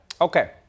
Okay